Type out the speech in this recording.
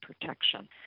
protection